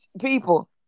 People